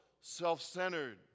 self-centered